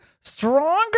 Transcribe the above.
stronger